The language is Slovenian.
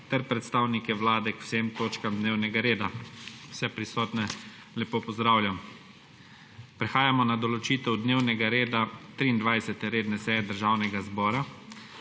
ter predstavnike Vlade k vsem točkam dnevnega reda. Vse prisotne lepo pozdravljam! Prehajamo na **določitev dnevnega reda** 23. redne seje Državnega zbora.